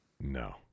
no